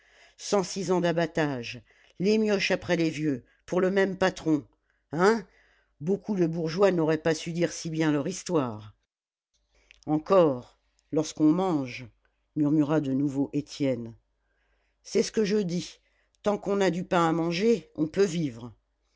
six ans d'abattage les mioches après les vieux pour le même patron hein beaucoup de bourgeois n'auraient pas su dire si bien leur histoire encore lorsqu'on mange murmura de nouveau étienne c'est ce que je dis tant qu'on a du pain à manger on peut vivre